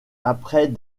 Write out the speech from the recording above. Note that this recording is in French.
après